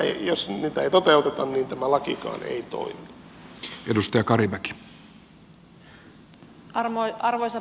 jos niitä ei toteuteta niin tämä lakikaan ei toimi